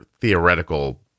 theoretical